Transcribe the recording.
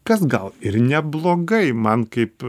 kas gal ir neblogai man kaip